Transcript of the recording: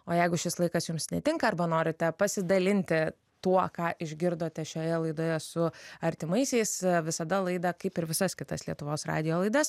o jeigu šis laikas jums netinka arba norite pasidalinti tuo ką išgirdote šioje laidoje su artimaisiais visada laidą kaip ir visas kitas lietuvos radijo laidas